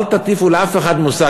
אל תטיפו לאף אחד מוסר.